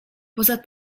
poza